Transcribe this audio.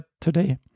today